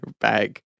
bag